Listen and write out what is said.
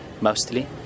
mostly